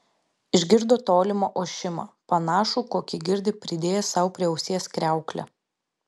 išgirdo tolimą ošimą panašų kokį girdi pridėjęs sau prie ausies kriauklę